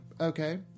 okay